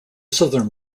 southern